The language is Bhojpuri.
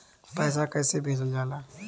पैसा कैसे भेजल जाला?